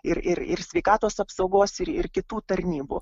ir ir ir sveikatos apsaugos ir ir kitų tarnybų